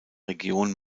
region